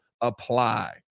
apply